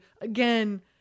Again